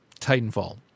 Titanfall